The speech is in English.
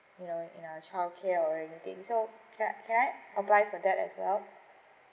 you know in a child care or anything so can I can I apply for that as well